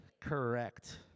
Correct